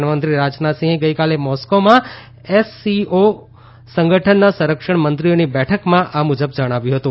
સંરક્ષણ મંત્રી રાજનાથસિંહે ગઇકાલે મોસ્કોમાં એસસીઓ સંગઠનના સંરક્ષણ મંત્રીઓની બેઠકમાં આ મુજબ જણાવ્યું હતું